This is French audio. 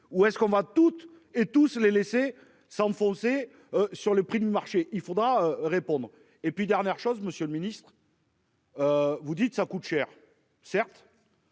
ou est-ce qu'on va toutes et tous les laisser s'enfoncer. Sur le prix du marché. Il faudra répondre. Et puis dernière chose, monsieur le ministre. Vous dites ça coûte cher, certes.